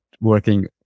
working